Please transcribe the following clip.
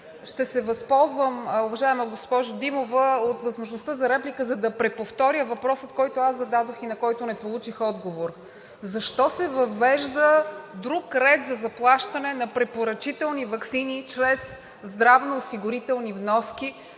ще се възползвам от възможността за реплика, за да преповторя въпроса, който аз зададох и на който не получих отговор. Защо се въвежда друг ред за заплащане на препоръчителни ваксини чрез здравноосигурителни вноски,